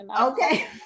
okay